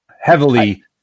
Heavily